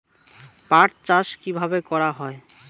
পাট চাষ কীভাবে করা হয়?